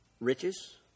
riches